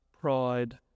pride